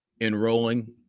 enrolling